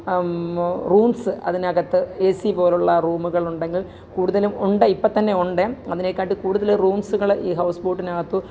rooms അതിനകത്ത് A C പോലെയുള്ള റൂമുകള് ഉണ്ടെങ്കില് കൂടുതലും ഉണ്ട് ഇപ്പോൾ തന്നെ ഉണ്ട് അതിനെകാട്ടിലും കൂടുതൽ റൂമ്സ്സുകൾ ഈ ഹൗസ് ബോട്ടിനകത്ത്